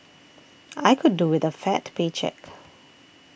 I could do with a fat paycheck